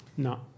No